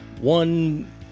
one